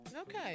Okay